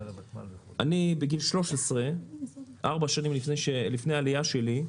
בגיל 13, ארבע שנים לפני העלייה שלי,